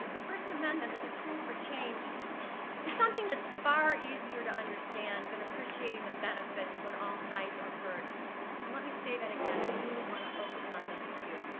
the first amendment as a tool for change is something that's far easier to understand than appreciating the benefits when all sides are heard. and let me say that again, i really wanna focus on this for you.